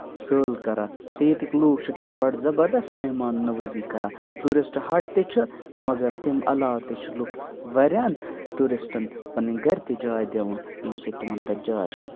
سٲل کَران تہٕ ییٚتِکۍ لوٗکھ چھِ تِم بَڑٕ زَبَردَس مہمان نَوٲزی کَران ٹیورِسٹ ہَٹ تہِ چھِ مگر تمہِ علاوٕ تہِ چھِ لُکھ واریاہَن ٹیوٗرِسٹَن پَنٕنۍ گَرِ تہِ جاے دِوان ییٚمہِ سۭتۍ تِمَن تَتہِ جاے چھِ دِوان